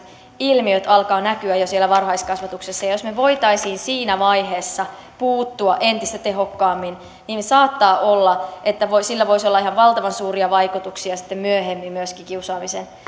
ilmiöt alkavat näkyä jo siellä varhaiskasvatuksessa jos me voisimme siinä vaiheessa puuttua entistä tehokkaammin niin saattaa olla että sillä voisi olla ihan valtavan suuria vaikutuksia sitten myöhemmin myöskin kiusaamisen